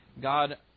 God